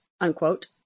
unquote